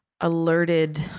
alerted